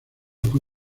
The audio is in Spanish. fue